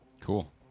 cool